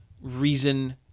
reason